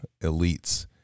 elites